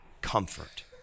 comfort